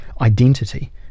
identity